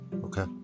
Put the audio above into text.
Okay